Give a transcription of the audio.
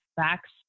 facts